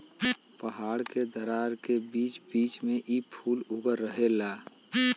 पहाड़ के दरार के बीच बीच में इ फूल उगल रहेला